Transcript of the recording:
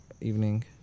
evening